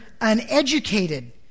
uneducated